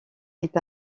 est